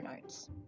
notes